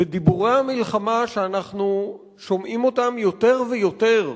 ודיבורי המלחמה, שאנחנו שומעים אותם יותר ויותר,